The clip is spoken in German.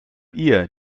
ihr